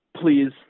please